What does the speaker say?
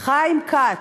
חיים כץ,